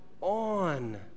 on